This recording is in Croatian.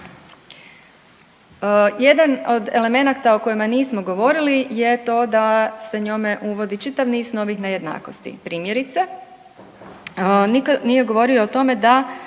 jedan od elemenata o kojem nismo govorili je to da se njome uvodi čitav niz novih nejednakosti. Primjerice, nitko nije govorio o tome da